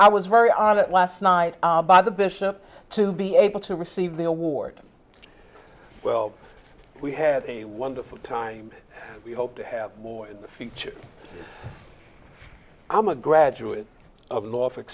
i was very honored last night by the bishop to be able to receive the award well we had a wonderful time we hope to have more in the future i'm a graduate of norfolk